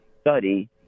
study